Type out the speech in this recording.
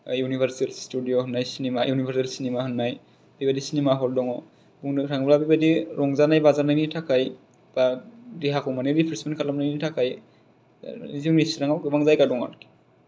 universal studio होन्नाय cinema universal cinema होन्नाय बेबादि चिनिमा हल दङ बुंनो थाङोब्ला बेबादि रंजानाय बाजानायनि थाखाय बा देहाखौ मानि रिप्रेसमेन्ट खालामनायनि थाखाय जोंनि सिराङाव गोबां जायगा दङ आरखि